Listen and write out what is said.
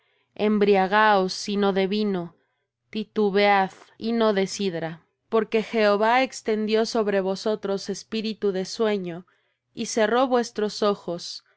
y no de vino titubead y no de sidra porque jehová extendió sobre vosotros espíritu de sueño y cerró vuestros ojos